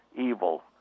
evil